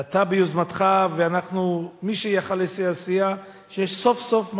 ואתה ביוזמתך, ואנחנו, מי שיכול לסייע, סייע,